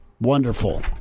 Wonderful